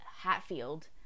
Hatfield